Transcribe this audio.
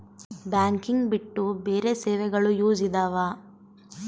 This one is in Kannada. ಬ್ಯಾಂಕಿಂಗ್ ಬಿಟ್ಟು ಬೇರೆ ಸೇವೆಗಳು ಯೂಸ್ ಇದಾವ?